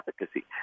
efficacy